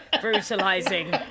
brutalizing